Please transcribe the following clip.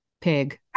pig